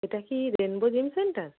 এটা কি rainbow gym centre